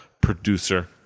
producer